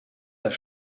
das